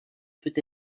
peut